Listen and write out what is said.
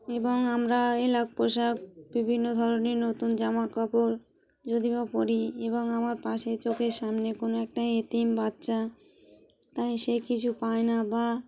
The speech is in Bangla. এবং আমরা এলাক পোশাক বিভিন্ন ধরনের নতুন জাম কাপড় যদি বা পরি এবং আমার পাশের চোখের সামনে কোনো একটাাই এতিম বাচ্চা তাই সে কিছু পায় না বা